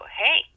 hey